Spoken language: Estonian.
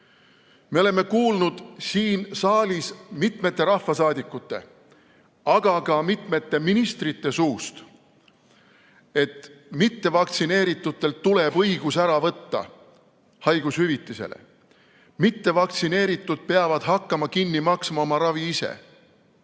Me oleme kuulnud siin saalis mitmete rahvasaadikute, aga ka mitmete ministrite suust, et mittevaktsineeritutelt tuleb ära võtta õigus haigushüvitisele, mittevaktsineeritud peavad hakkama oma ravi ise